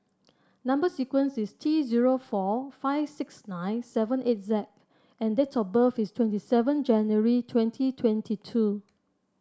number sequence is T zero four five six nine seven eight Z and date of birth is twenty seven January twenty twenty two